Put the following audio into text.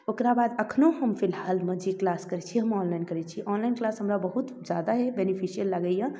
ओकरा बाद एखनहु हम फिलहालमे जे किलास करै छी हम ऑनलाइन करै छी ऑनलाइन किलास हमरा बहुत ज्यादा ही बेनिफिशिअल लगैए